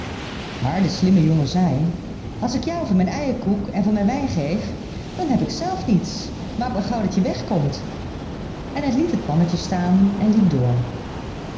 maar de slimme jongen zei als ik jou van mijn eierkoek en van mijn wijn geef dan heb ik zelfs niets maak maar gauw dat je wegkomt en hij liet het mannetje staan en liep door